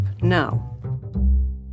now